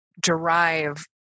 derive